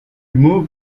moved